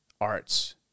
arts